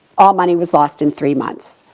all money was lost in three months.